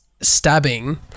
Stabbing